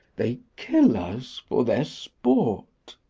they kill us for their sport.